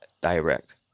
direct